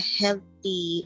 healthy